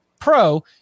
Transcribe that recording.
Pro